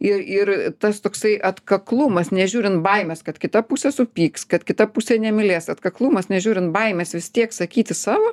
ir ir tas toksai atkaklumas nežiūrint baimės kad kita pusė supyks kad kita pusė nemylės atkaklumas nežiūrint baimės vis tiek sakyti savo